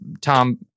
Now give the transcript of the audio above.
Tom